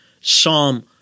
Psalm